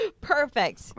Perfect